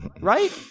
Right